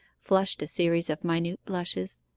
blushed a series of minute blushes,